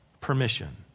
permission